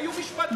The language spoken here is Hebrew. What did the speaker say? היו משפטים,